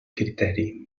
criteri